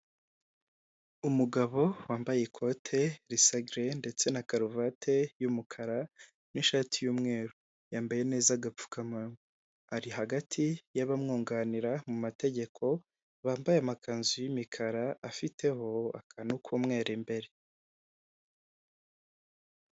Umugabo wambaye ikote risa gere ndetse na karuvate y'umukara n'ishati y'umweru. Yambaye neza agapfukamunwa. Ari hagati y'abamwunganira mu mategeko, bambaye amakanzu y'imikara, afiteho akantu k'umweru imbere.